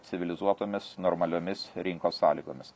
civilizuotomis normaliomis rinkos sąlygomis